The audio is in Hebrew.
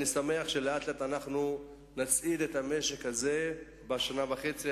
אני שמח שלאט-לאט נצעיד את המשק הזה בשנה וחצי